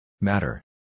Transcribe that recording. Matter